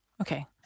Okay